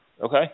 Okay